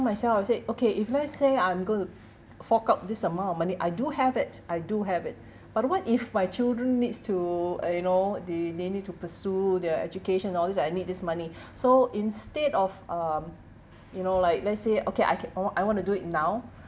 myself I said okay if let's say I'm going to fork out this amount of money I do have it I do have it but what if my children needs to uh you know they they need to pursue their education all these I need this money so instead of um you know like let's say okay I can uh I want to do it now